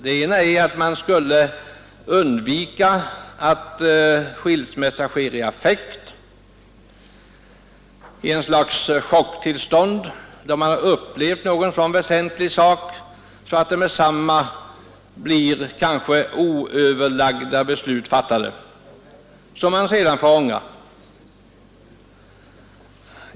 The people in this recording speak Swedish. Det ena är att vi skulle undvika att skilsmässa sker i affekt, i ett slags chocktillstånd då man upplevt någon så väsentlig sak, att det med detsamma fattas kanske oöverlagda beslut som man sedan får ångra.